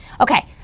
Okay